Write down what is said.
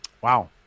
Wow